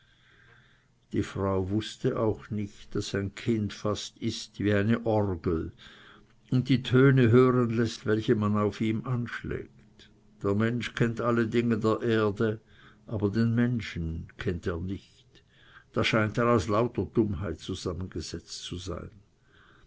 die frau wußte auch nicht daß ein kind fast ist wie eine orgel und die töne hören läßt welche man auf ihm anschlägt der mensch kennt alle dinge der erde aber den menschen kennt er nicht da scheint er aus lauter dummheit zusammengesetzt zu sein